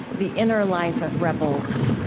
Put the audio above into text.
the inner life of rebels,